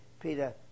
Peter